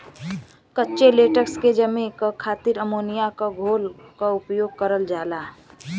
कच्चे लेटेक्स के जमे क खातिर अमोनिया क घोल क उपयोग करल जाला